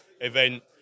event